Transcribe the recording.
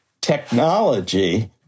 technology